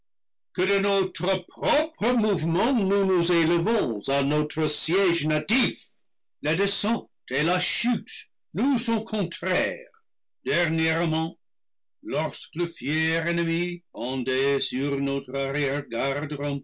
que de notre propre mouvement nous nous élevons à notre siège na tif la descente et la chute nous sont contraires dernièrement lorsque le fier ennemi pendait sur notre